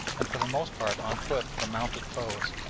and for the most part on foot from mounted foes.